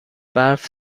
برف